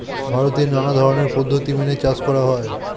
ভারতে নানা ধরনের পদ্ধতি মেনে চাষ করা হয়